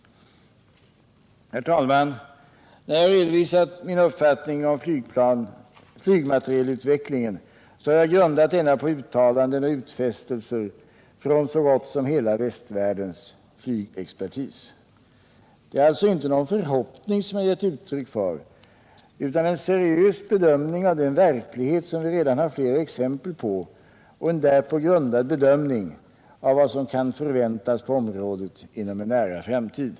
Herr talman! När jag redovisat min uppfattning om flygmaterielut vecklingen har jag grundat denna på uttalanden och utfästelser från så gott som hela västvärldens flygexpertis. Det är alltså inte någon förhoppning som jag gett uttryck för utan en seriös bedömning av den verklighet som vi redan har flera exempel på och en därpå grundad bedömning av vad som kan förväntas på området inom en nära framtid.